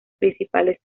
principales